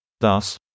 Thus